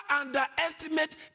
underestimate